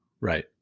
Right